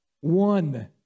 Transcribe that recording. One